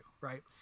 Right